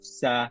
sa